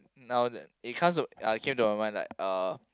now that it comes to it came to a point that like uh